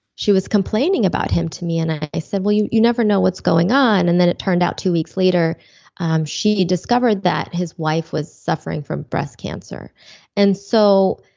she was complaining about him to me. and i said, well you you never know what's going on. and then it turned out two weeks later um she discovered that his wife was suffering from breast cancer and so